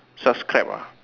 subscribe ah